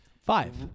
Five